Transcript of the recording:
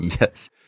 Yes